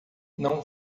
não